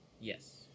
Yes